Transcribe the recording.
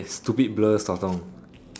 stupid blur sotong